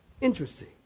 Interesting